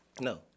No